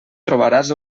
trobaràs